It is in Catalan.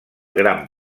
gran